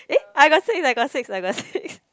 eh I got six I got six I got six